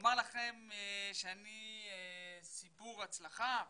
לומר לכם שאני סיפור הצלחה?